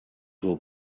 will